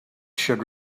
should